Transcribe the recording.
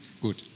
gut